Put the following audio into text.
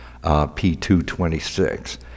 P226